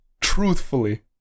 Truthfully